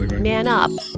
man up.